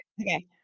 Okay